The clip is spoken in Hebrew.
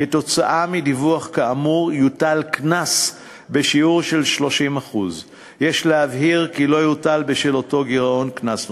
כתוצאה מדיווח כאמור יוטל קנס בשיעור של 30%. יש להבהיר כי לא יוטל בשל אותו גירעון קנס נוסף.